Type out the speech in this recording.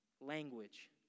language